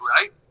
right